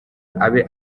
abe